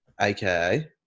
AKA